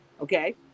Okay